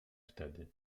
wtedy